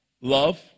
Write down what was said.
Love